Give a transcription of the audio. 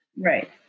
Right